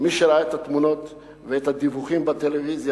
מי שראה את התמונות ואת הדיווחים בטלוויזיה